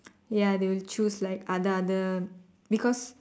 ya they will choose like other other because